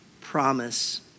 promise